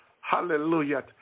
Hallelujah